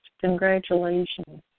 Congratulations